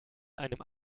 einem